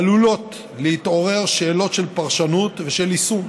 עלולות להתעורר שאלות של פרשנות ושל יישום.